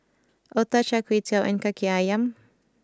Otah Char Kway Teow and Kaki Ayam